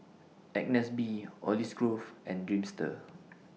Agnes B Olive Grove and Dreamster